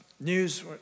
news